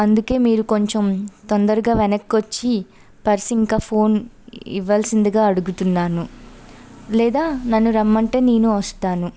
అందుకని మీరు కొంచెం తొందరగా వెనకకు వచ్చి పర్స్ ఇంకా ఫోన్ ఇవ్వాల్సిందిగా అడుగుతున్నాను లేదా నన్ను రమ్మంటే నేను వస్తాను